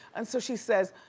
and so she says,